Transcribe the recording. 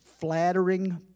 flattering